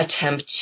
attempt